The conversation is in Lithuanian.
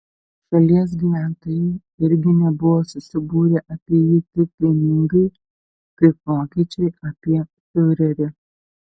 šalies gyventojai irgi nebuvo susibūrę apie jį taip vieningai kaip vokiečiai apie fiurerį